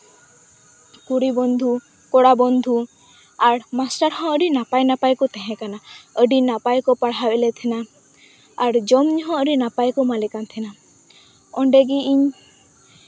ᱠᱩᱲᱤ ᱵᱚᱱᱫᱷᱩ ᱠᱚᱲᱟ ᱵᱚᱱᱫᱷᱩ ᱟᱨ ᱢᱟᱥᱴᱟᱨ ᱦᱚᱸ ᱟᱹᱰᱤ ᱱᱟᱯᱟᱭ ᱱᱟᱯᱟᱭ ᱠᱚ ᱛᱟᱦᱮᱸᱠᱟᱱᱟ ᱟᱹᱰᱤ ᱱᱟᱯᱟᱭᱠᱚ ᱯᱟᱲᱦᱟᱣᱮᱫ ᱞᱮ ᱛᱟᱦᱮᱸᱱᱟ ᱟᱨ ᱡᱚᱢ ᱧᱩ ᱦᱚᱸ ᱟᱹᱰᱤ ᱱᱟᱯᱟᱭ ᱠᱚ ᱮᱢᱟᱞᱮ ᱠᱟᱱ ᱛᱟᱦᱮᱸᱱᱟ ᱚᱸᱰᱮ ᱜᱮ ᱤᱧ